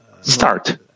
Start